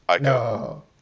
No